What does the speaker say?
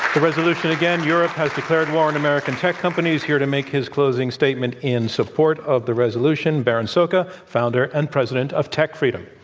the resolution, again, europe has declared war on american tech companies. here to make his closing statement in support of the resolution, berin szoka, founder and president of techfreedom.